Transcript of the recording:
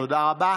תודה רבה.